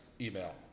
email